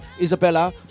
Isabella